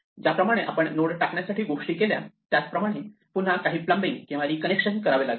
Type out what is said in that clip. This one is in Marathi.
ज्या प्रमाणे आपण नोड टाकण्या साठी गोष्टी केल्या त्याच प्रमाणे पुन्हा काही प्लंबिंग किंवा री कनेक्शन करावे लागेल